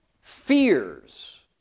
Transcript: fears